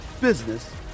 business